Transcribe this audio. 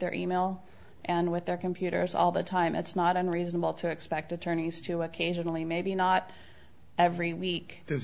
their e mail and with their computers all the time it's not unreasonable to expect attorneys to occasionally maybe not every week